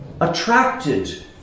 attracted